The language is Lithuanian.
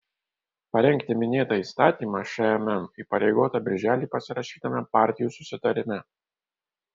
parengti minėtą įstatymą šmm įpareigota birželį pasirašytame partijų susitarime